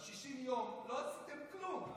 ב-60 יום לא עשיתם כלום.